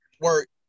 work